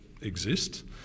exist